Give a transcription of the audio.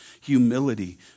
humility